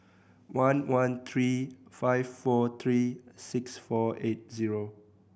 one one three five four three six four eight zero